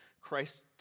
Christ